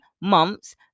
months